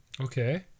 Okay